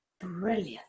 Brilliant